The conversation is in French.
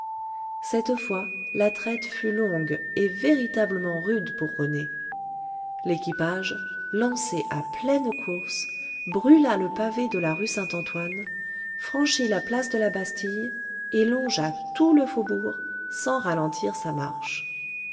cette fois la traite fut longue et véritablement rude pour rené l'équipage lancé à pleine course brûla le pavé de la rue saint-antoine franchit la place de la bastille et longe tout le faubourg sans ralentir sa marche